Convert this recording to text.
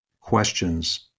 questions